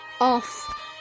off